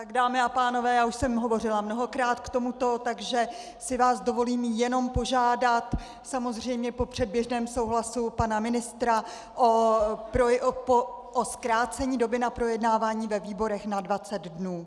Dámy a pánové, už jsem hovořila mnohokrát k tomuto, takže si vás dovolím jenom požádat samozřejmě po předběžném souhlasu pana ministra o zkrácení doby na projednávání ve výborech na 20 dní.